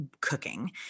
cooking